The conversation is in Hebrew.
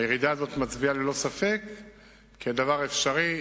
הירידה הזאת מצביעה ללא ספק על כך שהדבר אפשרי,